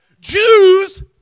Jews